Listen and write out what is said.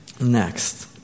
Next